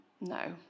No